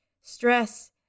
stress